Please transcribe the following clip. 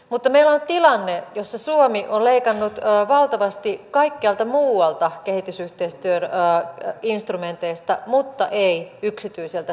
mutta meillä on tilanne jossa suomi on leikannut valtavasti kaikkialta muualta kehitysyhteistyöinstrumenteista mutta ei yksityiseltä sektorilta